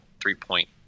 three-point